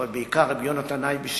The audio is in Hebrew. אבל בעיקר רבי יונתן אייבשיץ,